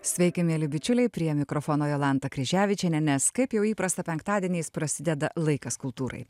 sveiki mieli bičiuliai prie mikrofono jolanta kryževičienė nes kaip jau įprasta penktadieniais prasideda laikas kultūrai